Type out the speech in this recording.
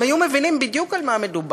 הם היו מבינים בדיוק על מה מדובר.